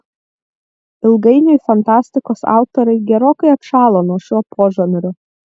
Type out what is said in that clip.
ilgainiui fantastikos autoriai gerokai atšalo nuo šio požanrio